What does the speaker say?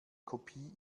kopie